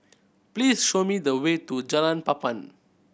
please show me the way to Jalan Papan